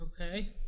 Okay